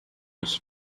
ich